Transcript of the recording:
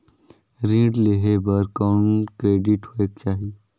ऋण लेहे बर कौन क्रेडिट होयक चाही?